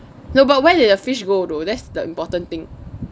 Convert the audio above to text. no but where did the fish go though that's the important thing